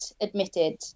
admitted